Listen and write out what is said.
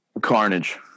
carnage